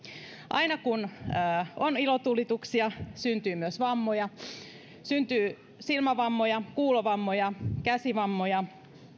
aina kun on ilotulituksia syntyy myös vammoja syntyy silmävammoja kuulovammoja käsivammoja